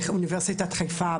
באוניברסיטת חיפה,